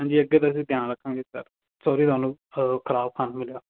ਹਾਂਜੀ ਅੱਗੇ ਤੋਂ ਅਸੀਂ ਧਿਆਨ ਰੱਖਾਂਗੇ ਸਰ ਸੋਰੀ ਤੁਹਾਨੂੰ ਖਰਾਬ ਖਾਣਾ ਮਿਲਿਆ